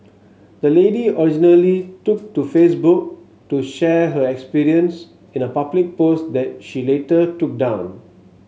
the lady originally took to Facebook to share her experience in a public post that she later took down